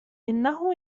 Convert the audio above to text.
إنه